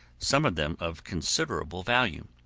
some of them of considerable value.